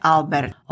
Albert